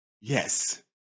Yes